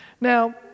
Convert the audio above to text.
Now